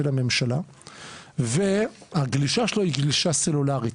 הממשלה והגלישה שלו היא גלישה סלולרית,